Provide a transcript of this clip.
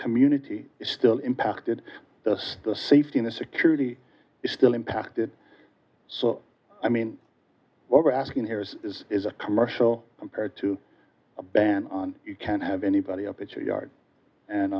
community is still impacted the safety and security is still impacted so i mean what we're asking here is is is a commercial compared to a ban on you can have anybody up at your yard and